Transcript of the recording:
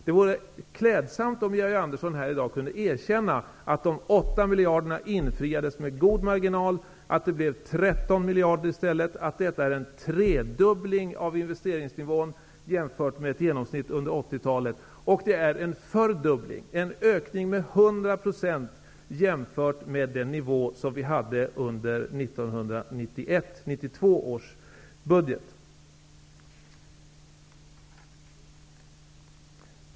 Det vore klädsamt om Georg Andersson här i dag kunde erkänna att löftet om dessa 8 miljarder infriades med god marginal. Det blev 13 miljarder i stället. Detta är en tredubbling av investeringsnivån jämfört med ett genomsnitt under 80-talet. Det är en fördubbling, en ökning med 100 %, jämfört med den nivå som vi hade under budgetåret 1991/92.